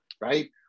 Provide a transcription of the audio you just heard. right